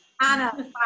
Anna